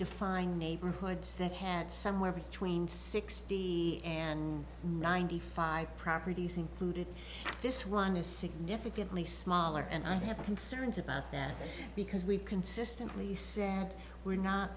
define neighborhoods that had somewhere between sixty and ninety five properties including this one is significantly smaller and i have concerns about that because we consistently said we're not